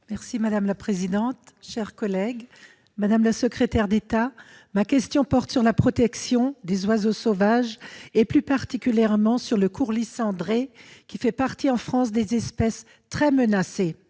de la transition écologique et solidaire. Madame la secrétaire d'État, ma question porte sur la protection des oiseaux sauvages, et plus particulièrement sur le courlis cendré qui fait partie, en France, des espèces très menacées.